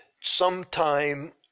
sometime